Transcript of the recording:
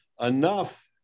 enough